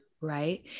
right